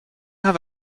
have